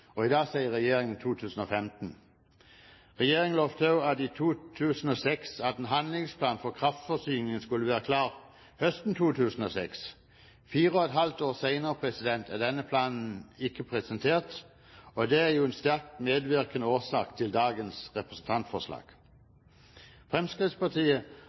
2011. I dag sier regjeringen i 2015. Regjeringen lovte også i 2006 at en handlingsplan for kraftforsyningen skulle være klar høsten 2006. Fire og et halvt år senere er denne planen ikke presentert, og det er en sterkt medvirkende årsak til at dette representantforslaget ble fremmet. Fremskrittspartiet